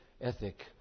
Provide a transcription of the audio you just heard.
ethic